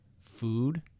food